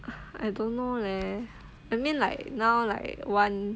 uh I don't know leh I mean like now like one